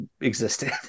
existed